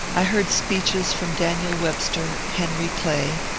i heard speeches from daniel webster, henry clay,